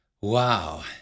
Wow